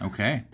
Okay